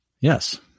Yes